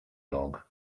dog